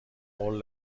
قول